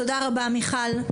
תודה רבה, מיכל.